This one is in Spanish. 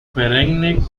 perenne